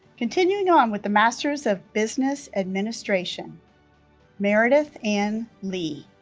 continuing on with the master's of business administration meredith ann lee